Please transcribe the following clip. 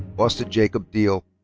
austin jacob deal.